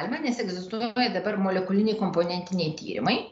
ane nes egzistuoja dabar molekuliniai komponentiniai tyrimai